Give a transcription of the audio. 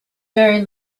very